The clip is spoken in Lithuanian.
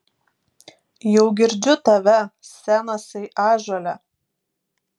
jau girdžiu tave senasai ąžuole